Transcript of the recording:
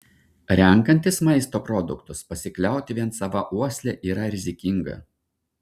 renkantis maisto produktus pasikliauti vien sava uosle yra rizikinga